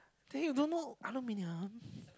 then you don't know aluminium